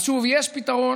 אז שוב, יש פתרון